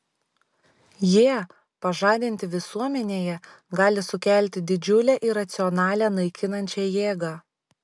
jie pažadinti visuomenėje gali sukelti didžiulę iracionalią naikinančią jėgą